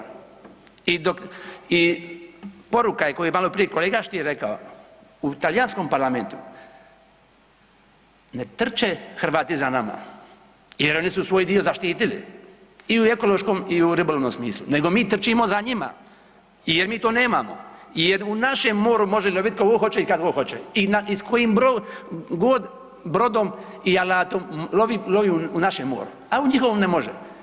I dok, i poruka je koju je maloprije i kolega Stier rekao, u talijanskom parlamentu ne trče Hrvati za nama jer oni su svoj dio zaštitili i u ekološkom i u ribolovnom smislu nego mi trčimo za njima jer mi to nemamo i jer u našem moru može lovit ko god hoće i kad god hoće i s kojim god brodom i alatom lovi, lovi u našem moru, a u njihovom ne može.